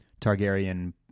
Targaryen